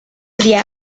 through